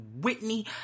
Whitney